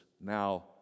now